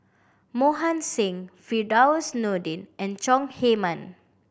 Mohan Singh Firdaus Nordin and Chong Heman